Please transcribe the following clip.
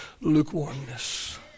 lukewarmness